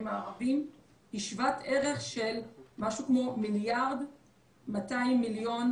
הערבים היא שוות ערך למשהו כמו 1.200 מיליארד